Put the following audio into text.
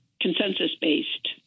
consensus-based